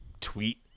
tweet